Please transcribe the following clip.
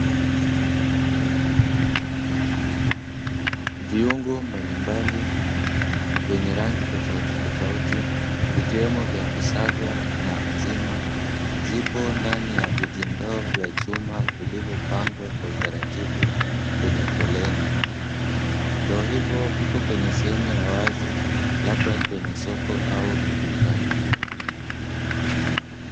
Viungo mbalimbali vyenye rangi tofauti tofauti vikiwemo vya kusagwa na nzima zipo ndani ya vijindoo vya chuma vilivyopangwa kwa utaratibu kwenye foleni. Ndoo hivyo viko kwenye sehemu ya wazi, labda kwenye soko au dukani.